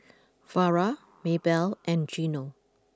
Vara Maybelle and Gino